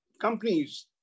companies